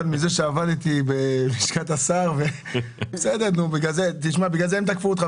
בוקר טוב לכולם, היום יום רביעי, כ"ז בכסלו תשפ"ב,